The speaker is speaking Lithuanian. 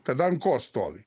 tada ant ko stovi